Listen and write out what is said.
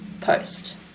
post